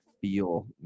feel